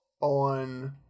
on